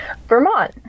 vermont